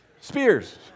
Spears